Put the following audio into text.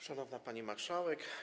Szanowna Pani Marszałek!